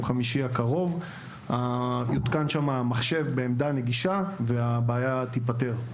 חמישי הקרוב יותקן שם מחשב בעמדה נגישה והבעיה תיפתר.